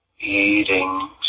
eating